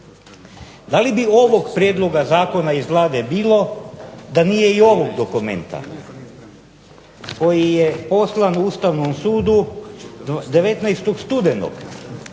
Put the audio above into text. Da li bi ovog prijedloga zakona iz Vlade bilo da nije i ovog dokumenta koji je poslan Ustavnom sudu 19. studenog